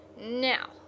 Now